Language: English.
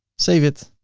save it.